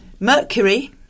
Mercury